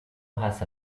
has